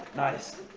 nice!